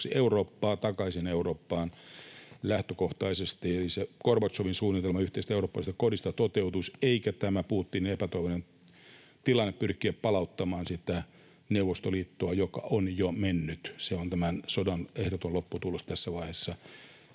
Eurooppaa, takaisin Eurooppaan lähtökohtaisesti. Eli Gorbatšovin suunnitelma yhteisestä eurooppalaista kodista toteutuisi eikä tämä Putinin epätoivoinen tilanne pyrkiä palauttamaan sitä Neuvostoliittoa, joka on jo mennyt. Se on tämän sodan ehdoton lopputulos tässä vaiheessa.